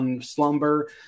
slumber